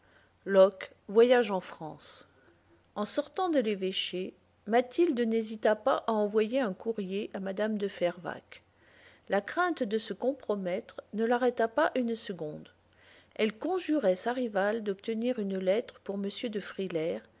locke voyage en france en sortant de l'évêché mathilde n'hésita pas à envoyer un courrier à mme de fervaques la crainte de se compromettre ne l'arrêta pas une seconde elle conjurait sa rivale d'obtenir une lettre pour m de frilair